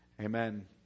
Amen